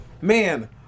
Man